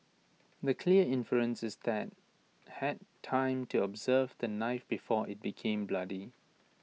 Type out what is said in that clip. the clear inference is that had time to observe the knife before IT became bloody